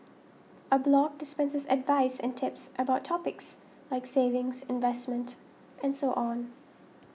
a blog dispenses advice and tips about topics like savings investment and so on